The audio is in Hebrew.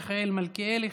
מיכאל מלכיאלי,